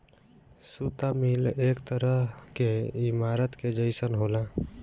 सुता मिल एक तरह के ईमारत के जइसन होला